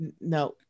No